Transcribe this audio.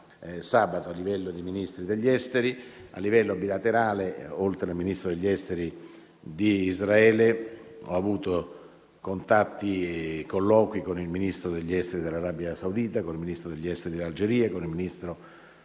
sabato, a livello dei Ministri degli esteri; oltre al Ministro degli esteri di Israele, ho avuto colloqui con il Ministro degli esteri dell'Arabia Saudita, con il Ministro degli esteri dell'Algeria, con il Ministro